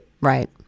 Right